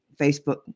Facebook